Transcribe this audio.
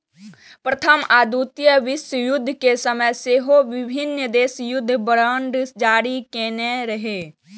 प्रथम आ द्वितीय विश्वयुद्ध के समय सेहो विभिन्न देश युद्ध बांड जारी केने रहै